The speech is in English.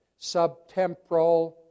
subtemporal